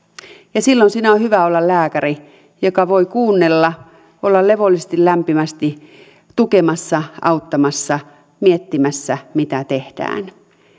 silloin siinä on hyvä olla lääkäri joka voi kuunnella olla levollisesti lämpimästi tukemassa auttamassa miettimässä mitä tehdään